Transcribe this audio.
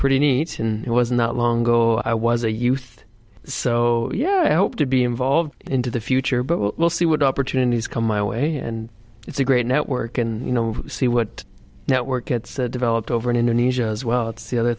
pretty neat and it was not long ago i was a youth so yeah i hope to be involved into the future but we'll see what opportunities come my way and it's a great network and you know see what network it's developed over in indonesia as well it's the other